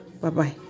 Bye-bye